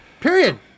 Period